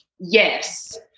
Yes